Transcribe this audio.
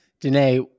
danae